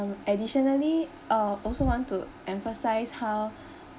um additionally uh also want to emphasise how